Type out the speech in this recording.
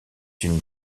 une